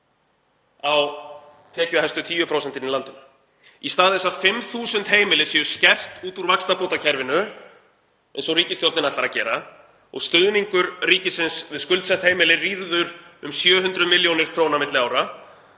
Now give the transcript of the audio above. á tekjuhæstu 10% í landinu. Í stað þess að 5.000 heimili séu skert út úr vaxtabótakerfinu eins og ríkisstjórnin ætlar að gera og stuðningur ríkisins við skuldsett heimili rýrður um 700 millj. kr. milli ára